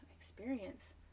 experience